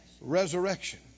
Resurrection